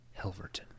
Helverton